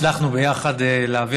הצלחנו ביחד להביא,